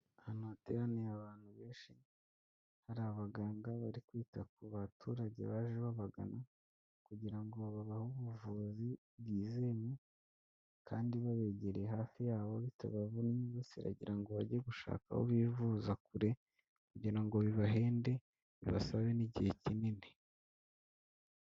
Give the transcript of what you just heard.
Ahantu hateraniye abantu benshi, hari abaganga bari kwita ku baturage baje babagana kugira ngo babahe ubuvuzi bwizewe kandi babegereye hafi yabo bitabavunnye basiragira ngo bajye gushaka aho bivuza kure. Kugira ngo bibahede bibasabe n'igihe kinini.